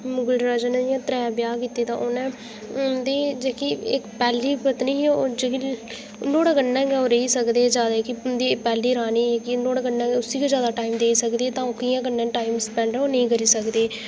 मुगल राजे ने जि'यां त्रैऽ ब्याह् कीते दे उ'नैं उं'दी जेह्की इक पैह्ली पत्नी ही जेह्ड़ी ओह् नुआढ़े कन्नै ओह् रेही सकदे जादा जेह्की उं'दी पैह्ली रानी ही जेह्की नुआढ़े कन्नै उसी गै जादा टाइम देई सकदे तां बाकियें कन्नै टाइम स्पैड ओह् नेईं करी सकदे इ'यां